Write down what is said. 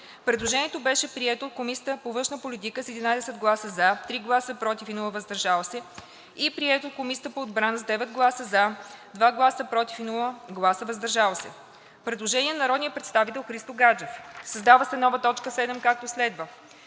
Предложението беше прието от Комисията по външна политика с 11 гласа „за“, 3 гласа „против“, без „въздържал се“ и прието от Комисията по отбрана с 9 гласа „за“, 2 гласа „против“, без „въздържал се“. - Предложение на народния представител Христо Гаджев: Създава се нова точка 7, както следва;